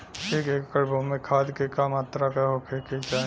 एक एकड़ भूमि में खाद के का मात्रा का होखे के चाही?